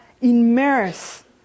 immersed